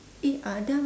eh adam